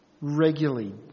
Regularly